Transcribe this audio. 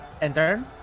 enter